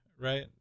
right